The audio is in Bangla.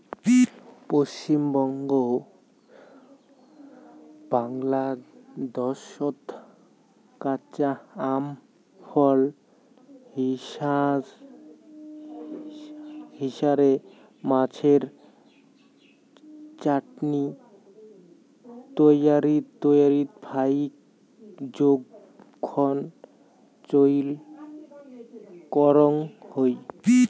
পশ্চিমবঙ্গ ও বাংলাদ্যাশত কাঁচা আম ফল হিছাবে, মাছের চাটনি তৈয়ারীত ফাইক জোখন চইল করাং হই